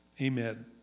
amen